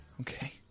Okay